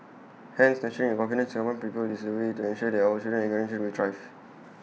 hence nurturing A confidence Singaporean people is the way to ensure that our children and grandchildren will thrive